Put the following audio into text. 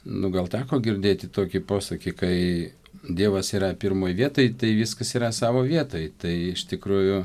nu gal teko girdėti tokį posakį kai dievas yra pirmoj vietoj tai viskas yra savo vietoj tai iš tikrųjų